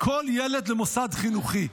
כל ילד למוסד חינוכי,